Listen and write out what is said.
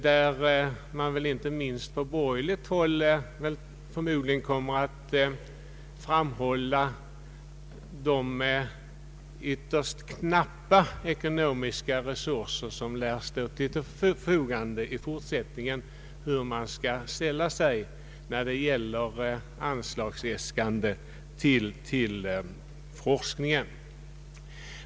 Då kommer man förmodligen, inte minst från borgerligt håll, att framhålla att ytterst knappa ekonomiska resurser kommer att stå till förfogande i fortsättningen. Det skall då bli intressant att se hur man mot den bakgrunden ställer sig till kraven på ökade anslag till forskningen.